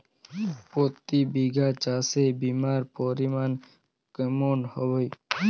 প্রতি বিঘা চাষে বিমার পরিমান কেমন হয়?